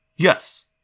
Yes